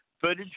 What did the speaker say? Footage